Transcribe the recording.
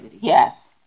Yes